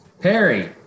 Perry